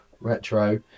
retro